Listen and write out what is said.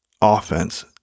offense